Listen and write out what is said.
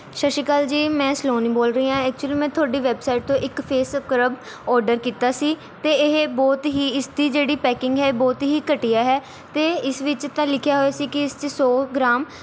ਸਤਿ ਸ਼੍ਰੀ ਅਕਾਲ ਜੀ ਮੈਂ ਸਲੋਨੀ ਬੋਲ ਰਹੀ ਹਾਂ ਐਕਚੁਅਲੀ ਮੈਂ ਤੁਹਾਡੀ ਵੈੱਬਸਾਈਟ ਤੋਂ ਇੱਕ ਫੇਸ ਸਕ੍ਰੱਬ ਔਡਰ ਕੀਤਾ ਸੀ ਅਤੇ ਇਹ ਬਹੁਤ ਹੀ ਇਸਦੀ ਜਿਹੜੀ ਪੈਕਿੰਗ ਹੈ ਬਹੁਤ ਹੀ ਘਟੀਆ ਹੈ ਅਤੇ ਇਸ ਵਿੱਚ ਤਾਂ ਲਿਖਿਆ ਹੋਇਆ ਸੀ ਕਿ ਇਸ 'ਚ ਸੌ ਗ੍ਰਾਮ